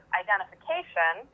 identification